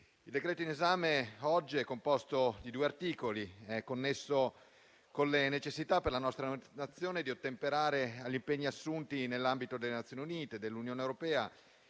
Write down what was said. il decreto-legge oggi in esame, composto di due articoli, è connesso con le necessità per la nostra Nazione di ottemperare agli impegni assunti nell'ambito delle Nazioni Unite, dell'Unione europea